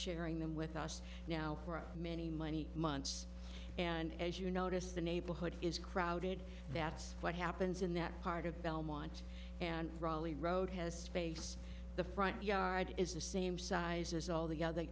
sharing them with us now for many many months and as you notice the neighborhood is crowded that's what happens in that part of belmont and raleigh road has face the front yard is the same size as all the other